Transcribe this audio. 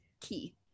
key